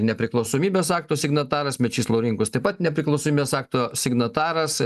nepriklausomybės akto signataras mečys laurinkus taip pat nepriklausomybės akto signataras